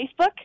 Facebook